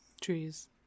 Trees